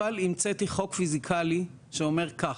אבל המצאתי חוק פיסיקלי שאומר כך: